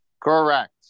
Correct